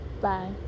Bye